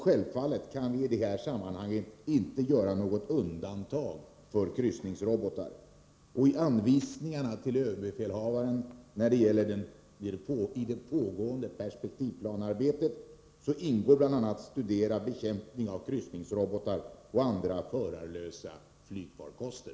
Självfallet kan vi i det sammanhanget inte göra något undantag för kryssningsrobotar. I anvisningarna till överbefälhavaren när det gäller det pågående perspektivplanearbetet ingår bl.a. att studera bekämpning av kryssningsrobotar och andra förarlösa flygfarkoster.